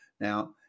Now